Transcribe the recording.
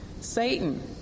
Satan